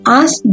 ask